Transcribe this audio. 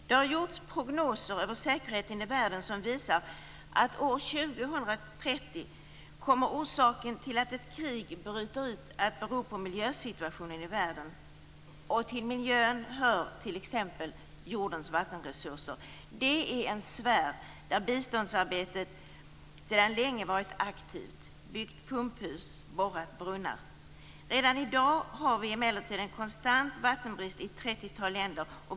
Det har gjorts prognoser över säkerheten i världen som visar att år 2030 kommer orsaken till att ett krig bryter ut att vara miljösituationen i världen, och till miljön hör t.ex. jordens vattenresurser. Det är en sfär där biståndsarbetet sedan länge varit aktivt, byggt pumphus och borrat brunnar. Redan i dag har vi emellertid en konstant vattenbrist i ett trettiotal länder.